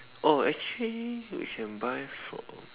oh actually we can buy from